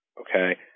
okay